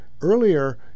earlier